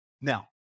Now